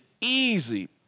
easy